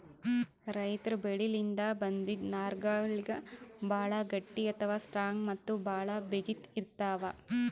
ರೈತರ್ ಬೆಳಿಲಿನ್ದ್ ಬಂದಿಂದ್ ನಾರ್ಗಳಿಗ್ ಭಾಳ್ ಗಟ್ಟಿ ಅಥವಾ ಸ್ಟ್ರಾಂಗ್ ಮತ್ತ್ ಭಾಳ್ ಬಿಗಿತ್ ಇರ್ತವ್